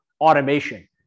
automation